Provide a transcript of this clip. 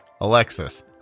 Alexis